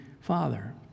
father